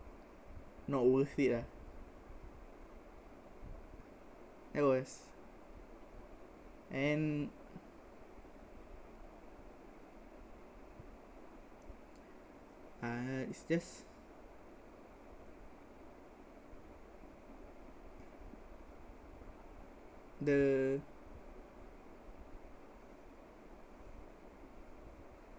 not worth it ah that was and uh it's just the